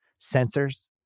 sensors